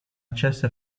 accesso